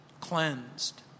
cleansed